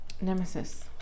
nemesis